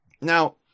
Now